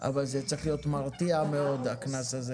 אבל הקנס הזה